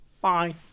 Bye